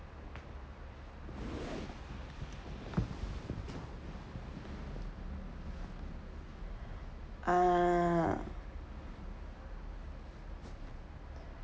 ah